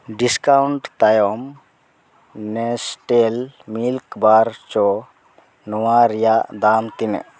discount ᱛᱟᱭᱚᱢ Nestle milk bar ᱪᱳ ᱱᱚᱣᱟ ᱨᱮᱭᱟᱜ ᱫᱟᱢ ᱛᱤᱱᱟᱹᱜ